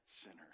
sinners